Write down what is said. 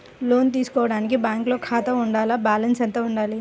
లోను తీసుకోవడానికి బ్యాంకులో ఖాతా ఉండాల? బాలన్స్ ఎంత వుండాలి?